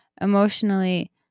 emotionally